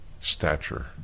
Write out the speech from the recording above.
stature